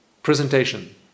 Presentation